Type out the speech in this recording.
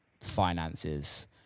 finances